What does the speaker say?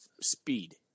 speed